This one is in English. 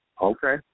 Okay